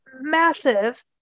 massive